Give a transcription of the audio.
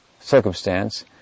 circumstance